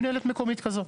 מינהלת מקומית כזו.